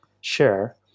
share